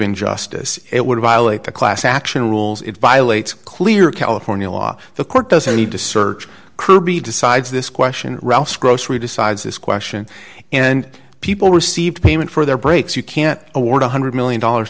injustice it would violate the class action rules it violates clear california law the court doesn't need to search could be decides this question ralph's grocery decides this question and people receive payment for their breaks you can't award one hundred million dollars